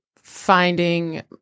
Finding